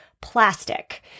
plastic